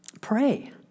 pray